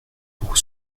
pour